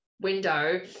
window